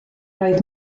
roedd